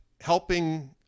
helping